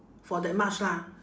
for that much lah